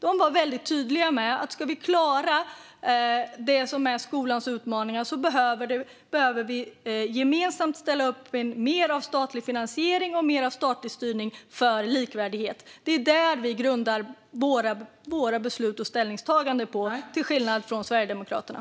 De var väldigt tydliga med att vi, om vi ska klara det som är skolans utmaningar, gemensamt behöver ställa upp med mer av statlig finansiering och mer av statlig styrning för likvärdighet. Det är det vi grundar våra beslut och ställningstaganden på, till skillnad från Sverigedemokraterna.